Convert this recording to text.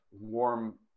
warm